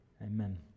Amen